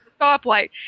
stoplight